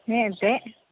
ᱦᱮᱸ ᱮᱱᱛᱮᱫ